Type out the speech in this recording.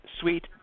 sweet